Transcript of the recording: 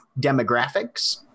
demographics